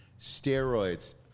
steroids